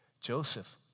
Joseph